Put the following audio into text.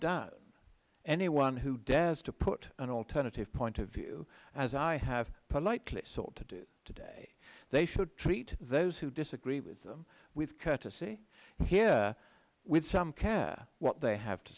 down anyone who dares to put an alternative point of view as i have politely sought to do today they should treat those who disagree with them with courtesy hear with some care what they have to